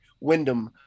Wyndham